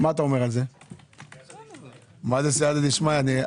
סיעתא דשמייא.